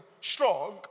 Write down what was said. strong